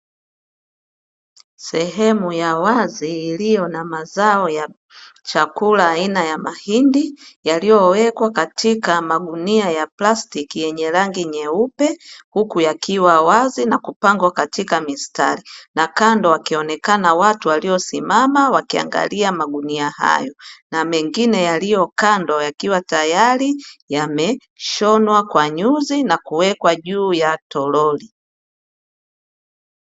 Sehemu ya wazi iliyo na mawazo ya chakula aina ya mahindi yaliyowekwa katika magunia ya plastiki yenye rangi nyeupe huku yakiwa wazi na kupangwa katika mistari na kando wakionekana watu waliosimama wakiangalia magunia hayo na mengine yaliyo kando yakiwa tayari yameshonwa kwa nyuzi na kuwekwa juu ya toroli.